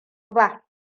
ba